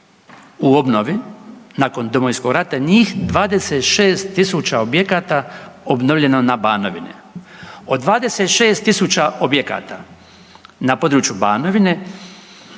u obnovi nakon Domovinskog rata njih 26 tisuća objekata obnovljeno na Banovi. Od 26 tisuća objekata na području Banovine